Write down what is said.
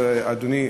אדוני,